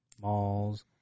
malls